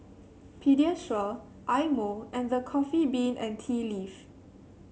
Pediasure Eye Mo and The Coffee Bean and Tea Leaf